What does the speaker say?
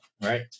right